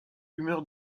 humeur